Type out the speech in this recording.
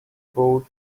boat